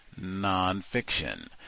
Nonfiction